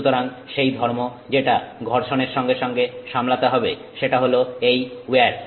সুতরাং সেই ধর্ম যেটা ঘর্ষণের সঙ্গে সঙ্গে সামলাতে হবে সেটা হলো এই উইয়ার